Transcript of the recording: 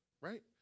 right